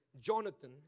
Jonathan